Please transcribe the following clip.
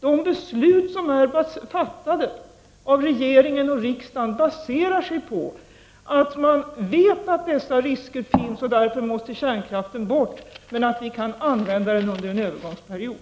De beslut som är fattade av regeringen och riksdagen baserar sig på att man vet att dessa risker finns, och därför måste kärnkraften bort — men den måste användas under en övergångsperiod.